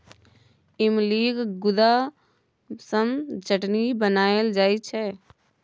इमलीक गुद्दा सँ चटनी बनाएल जाइ छै